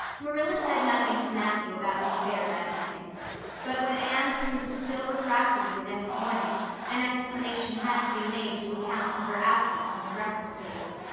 marilla said nothing to matthew about the affair that evening but when anne proved still refractory the next morning an explanation had to be made to account for her absence from the breakfast table.